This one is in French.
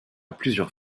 plusieurs